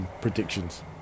predictions